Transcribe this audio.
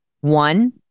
one